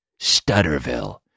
Stutterville